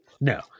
No